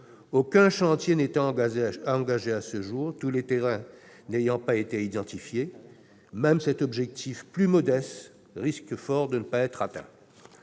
Aucun chantier n'étant engagé à ce jour, tous les terrains n'ayant pas été identifiés, même cet objectif plus modeste risque fort de ne pas être atteint.